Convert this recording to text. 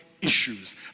issues